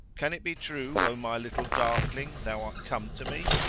can it be true, o my little darkling, thou art come to me?